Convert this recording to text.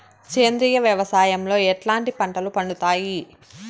సేంద్రియ వ్యవసాయం లో ఎట్లాంటి పంటలు పండుతాయి